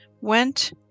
went